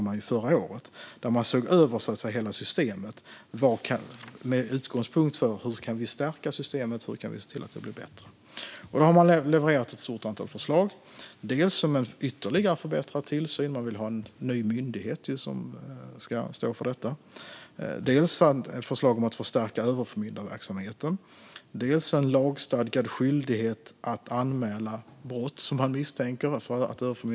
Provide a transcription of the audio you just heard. Man har sett över hela systemet med utgångspunkt i hur systemet kan stärkas och bli bättre. Man har levererat ett stort antal förslag dels om ytterligare förbättrad tillsyn, en ny myndighet, dels om att förstärka överförmyndarverksamheten och dels om en lagstadgad skyldighet att anmäla misstänkta brott.